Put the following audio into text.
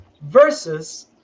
versus